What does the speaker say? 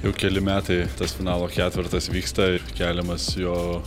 jau keli metai tas finalo ketvertas vyksta ir keliamas jo